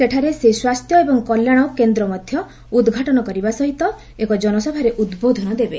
ସେଠାରେ ସେ ସ୍ୱାସ୍ଥ୍ୟ ଏବଂ କଲ୍ୟାଣ କେନ୍ଦ୍ର ମଧ୍ୟ ଉଦ୍ଘାଟନ କରିବା ସହିତ ଏକ ଜନସଭାରେ ଉଦ୍ବୋଧନ ଦେବେ